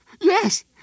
Yes